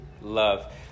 love